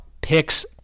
picks